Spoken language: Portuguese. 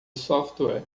software